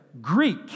Greek